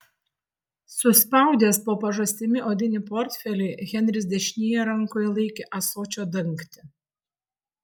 suspaudęs po pažastimi odinį portfelį henris dešinėje rankoje laikė ąsočio dangtį